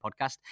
podcast